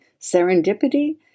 serendipity